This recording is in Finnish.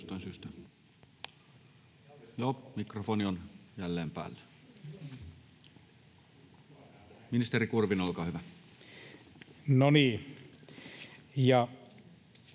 Mikrofoni on jälleen päällä. — Ministeri Kurvinen, olkaa hyvä. [Speech